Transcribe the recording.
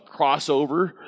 crossover